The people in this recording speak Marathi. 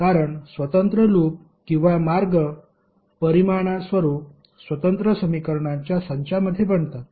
कारण स्वतंत्र लूप किंवा मार्ग परिमाणास्वरूप स्वतंत्र समीकरणांच्या संचामध्ये बनतात